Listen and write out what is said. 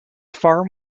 farm